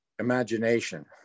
imagination